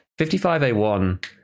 55A1